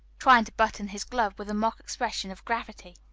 trying to button his glove, with a mock expression of gravity.